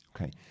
Okay